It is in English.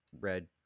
red